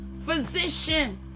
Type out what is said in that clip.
physician